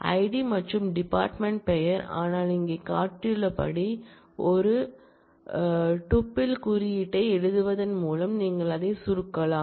ID மற்றும் department பெயர் ஆனால் இங்கே காட்டப்பட்டுள்ளபடி ஒரு டூப்பிள் குறியீட்டை எழுதுவதன் மூலம் நீங்கள் அதை சுருக்கலாம்